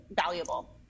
valuable